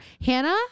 Hannah